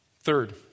Third